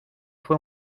fue